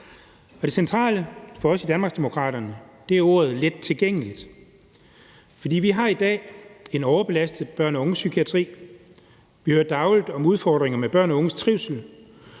Det centrale for os i Danmarksdemokraterne er ordet lettilgængelig, for vi har i dag en overbelastet børne- og ungdomspsykiatri. Vi hører dagligt om udfordringer med børns og unges trivsel.